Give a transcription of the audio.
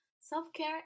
Self-care